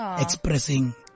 expressing